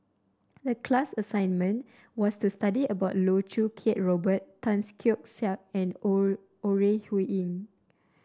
the class assignment was to study about Loh Choo Kiat Robert Tan Keong Saik and Ore Huiying